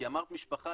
כי אמרת משפחה,